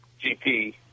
GP